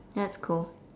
that's cool